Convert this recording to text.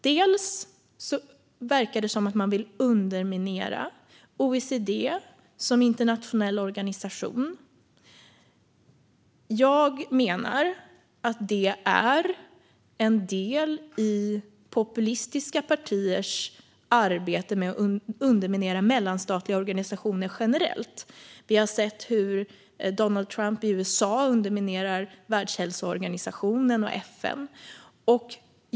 Bland annat verkar det som att man vill underminera OECD som internationell organisation. Jag menar att det är en del i populistiska partiers arbete med att underminera mellanstatliga organisationer generellt. Vi har sett hur Donald Trump i USA underminerar Världshälsoorganisationen och FN.